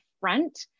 front